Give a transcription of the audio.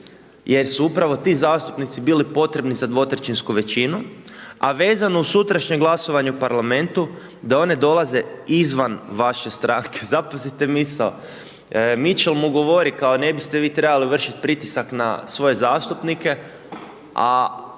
jer su upravo ti zastupnici bili potrebni za dvotrećinsku većinu a vezno uz sutrašnje glasovanje u parlamentu da one dolaze izvan vaše stranke. Zapazi misao, Mitchell mu govori, kao ne biste vi trebali vršiti pritisak na svoje zastupnike